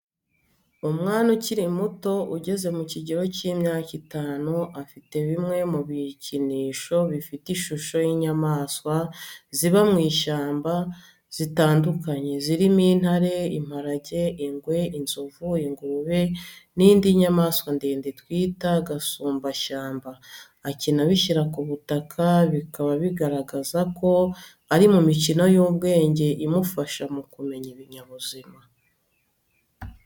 Umwana ukiri muto ugeze mu kigero cy’imyaka itanu, afite bimwe mu bikinisho bifite ishusho y’inyamaswa ziba mu ishyamba zitandukanye, zirimo intare, imparage, ingwe, inzovu, ingurube n’indi nyamanswa ndende twita gasumbashyamba. Akina abishyira ku butaka, bikaba bigaragaza ko ari mu mikino y’ubwenge imufasha mu kumenya ibinyabuzima.